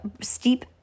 steep